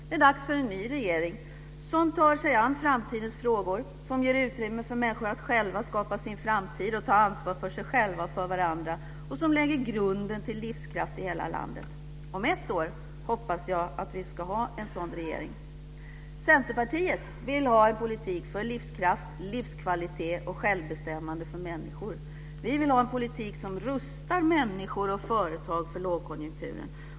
Det är dags för en ny regering som tar sig an framtidens frågor och som ger utrymmer för människor att själva skapa sin framtid och ta ansvar för sig själva och för varandra och som lägger grunden till livskraft i hela landet. Om ett år hoppas jag att vi ska ha en sådan regering. Centerpartiet vill ha en politik för livskraft, livskvalitet och självbestämmande för människor. Vi vill ha en politik som rustar människor och företag för lågkonjunkturen.